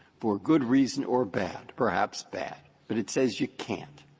for good reason or bad, perhaps bad. but it says you can't.